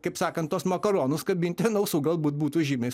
kaip sakant tuos makaronus kabinti ant ausų galbūt būtų žymiai